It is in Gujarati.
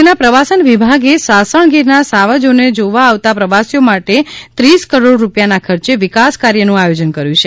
રાજ્ય ના પ્રવાસન વિભાગે સાસણગીરના સાવજોને જોવા આવતા પ્રવાસીઓ માટે રૂપિયા ત્રીસ કરોડ ના ખર્ચે વિકાસ કાર્ય નું આયોજન કર્યું છે